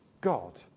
God